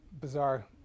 bizarre